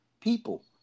people